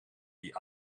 die